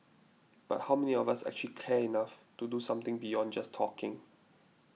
but how many of us actually care enough to do something beyond just talking